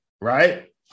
right